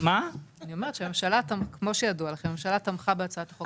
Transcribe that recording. כמו שידוע לכם הממשלה תמכה בהצעת החוק.